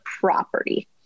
property